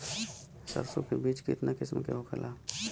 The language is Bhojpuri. सरसो के बिज कितना किस्म के होखे ला?